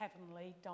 heavenly